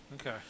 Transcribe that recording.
okay